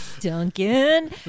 Duncan